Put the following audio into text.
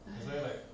!hais!